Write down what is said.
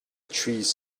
trees